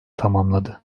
tamamladı